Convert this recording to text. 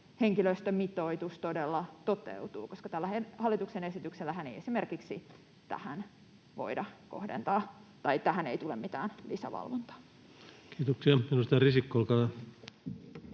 henkilöstömitoitus todella toteutuu. Tällä hallituksen esityksellähän ei esimerkiksi tähän tule mitään lisävalvontaa. Kiitoksia. — Edustaja Risikko, olkaa hyvä.